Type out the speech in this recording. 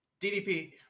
DDP